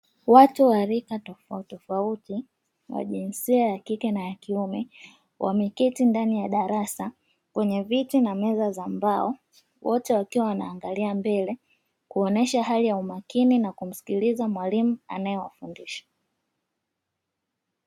Watu wa rika tofautitofauti wa jinsia ya kike na ya kiume, wameketi ndani ya darasa kwenye viti na meza za mbao, wote wakiwa wanaangalia mbele kuonesha hali ya umakini na kumsikiliza mwalimu anayewafundisha.